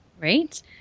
right